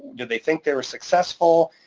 did they think they were successful?